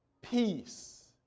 peace